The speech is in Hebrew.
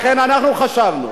לכן אנחנו חשבנו,